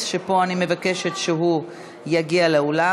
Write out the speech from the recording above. הוספת מסגדים לשירותים ציבוריים שנקבעו לגביהם